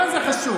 מה זה חשוב?